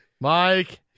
Mike